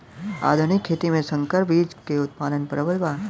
आधुनिक खेती में संकर बीज क उतपादन प्रबल बा